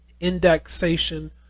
indexation